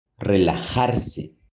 relajarse